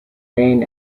main